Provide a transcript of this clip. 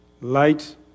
Light